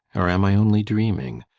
or am i only dreaming?